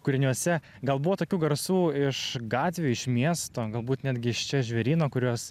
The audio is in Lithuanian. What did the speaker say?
kūriniuose gal buvo tokių garsų iš gatvių iš miesto galbūt netgi iš čia žvėryno kuriuos